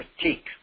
critique